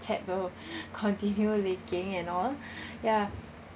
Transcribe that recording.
tap will continue leaking and all ya